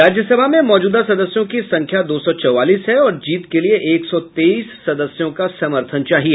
राज्ससभा में मौजूदा सदस्यों की संख्या दो सौ चौवालीस है और जीत के लिए एक सौ तेईस सदस्यों का समर्थन चाहिए